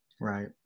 Right